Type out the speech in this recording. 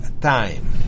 time